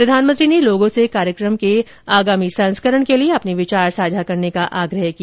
प्रधानमंत्री ने लोगों से कार्यक्रम के आगामी संस्करण के लिए अपने विचार साझा करने का भी आग्रह किया